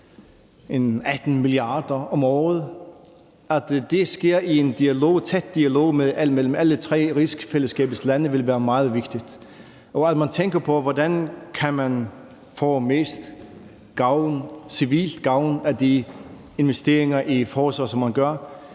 18 mia. kr. om året. At det sker i en tæt dialog mellem alle rigsfællesskabets tre lande, vil være meget vigtigt. Man skal tænke på, hvordan man kan få mest civil gavn af de investeringer i forsvaret, som man gør.